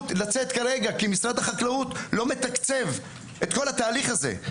לצאת כרגע כי משרד החקלאות לא מתקצב את כל התהליך הזה.